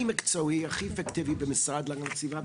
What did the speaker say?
מקצועי והכי אפקטיבי במשרד להגנת הסביבה,